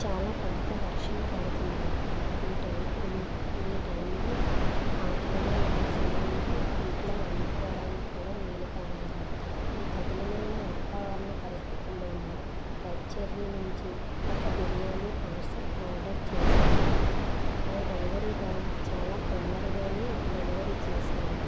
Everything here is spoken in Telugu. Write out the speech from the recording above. చాలా పెద్ద వర్షం పడుతుంది ఈ టైం ఈ టైంలో ఆకలిగా ఉన్న సమయంలో ఇంట్లో వండుకోవడానికి కూడా వీలు కాలేదు ఈ కఠినమైన వాతావరణ పరిస్థితుల్లోని రెడ్ చెర్రీ నుంచి ఒక బిర్యానీ పార్శిల్ ఆర్డర్ చేసాను డెలివరీ బాయ్ చాలా తొందరగానే డెలివరీ చేసాడు